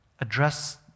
Address